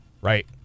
Right